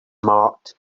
marked